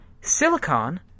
Silicon